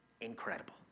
incredible